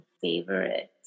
favorite